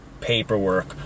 paperwork